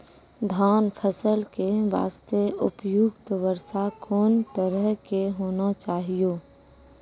धान फसल के बास्ते उपयुक्त वर्षा कोन तरह के होना चाहियो?